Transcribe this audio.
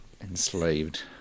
enslaved